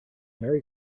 merry